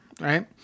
right